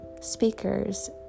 speakers